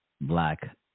black